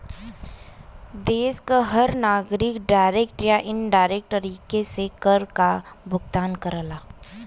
देश क हर नागरिक डायरेक्ट या इनडायरेक्ट तरीके से कर काभुगतान करला